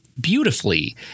beautifully